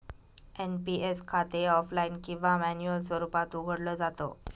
NPS खाते offline किंवा manual स्वरूपात उघडलं जात